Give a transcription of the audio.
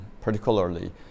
particularly